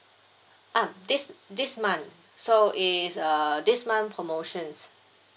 ah this this month so it's err this one promotions